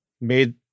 made